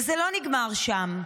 וזה לא נגמר שם.